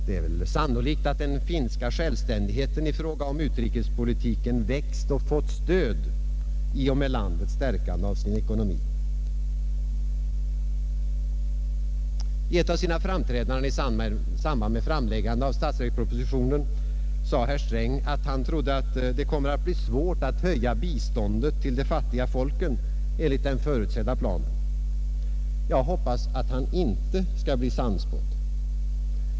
Det är väl sannolikt att den finska självständigheten i fråga om utrikespolitiken växt och fått stöd i och med att landet stärkt sin ekonomi. Vid ett av sina framträdanden i samband med framläggandet av statsverkspropositionen sade herr Sträng, att han trodde att det kommer att bli svårt att höja biståndet till de fattiga folken enligt den förutsedda planen. Jag hoppas att han inte skall bli sannspådd.